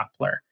toppler